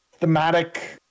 thematic